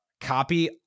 copy